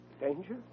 Danger